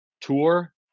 tour